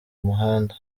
umuhanda